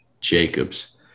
Jacobs